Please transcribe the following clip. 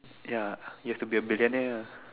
ya you have to be a billionaire ah